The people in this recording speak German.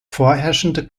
vorherrschende